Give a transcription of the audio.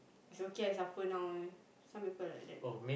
it's okay I suffer now eh some people like that